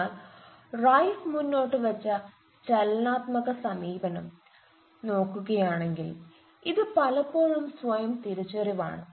എന്നാൽ റൈഫ് മുന്നോട്ടു വച്ച ചലനാത്മക സമീപനം നോക്കുകയാണെങ്കിൽ ഇത് പലപ്പോഴും സ്വയം തിരിച്ചറിവാണ്